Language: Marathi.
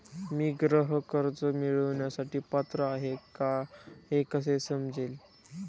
मी गृह कर्ज मिळवण्यासाठी पात्र आहे का हे कसे समजेल?